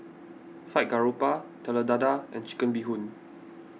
Fried Garoupa Telur Dadah and Chicken Bee Hoon